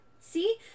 See